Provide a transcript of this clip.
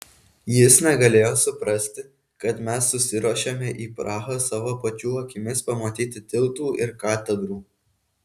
jis negalėjo suprasti kad mes susiruošėme į prahą savo pačių akimis pamatyti tiltų ir katedrų